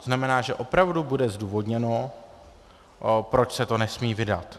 To znamená, že opravdu bude zdůvodněno, proč se to nesmí vydat.